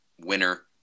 Winner